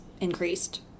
increased